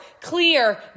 clear